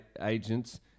agents